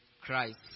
Christ